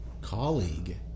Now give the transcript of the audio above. Colleague